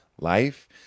life